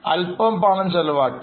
അല്പം പണം ചെലവാക്കി